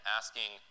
asking